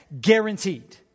guaranteed